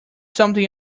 something